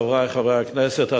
חברי חברי הכנסת,